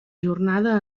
jornada